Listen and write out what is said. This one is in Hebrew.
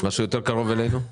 משהו יותר קרוב אלינו?